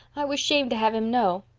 i was shamed to have him know.